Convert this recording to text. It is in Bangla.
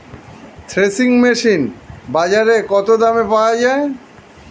থ্রেসিং মেশিন বাজারে কত দামে পাওয়া যায়?